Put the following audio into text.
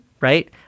right